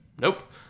Nope